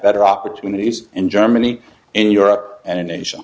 better opportunities in germany in europe and in asia